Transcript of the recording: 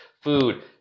food